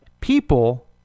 people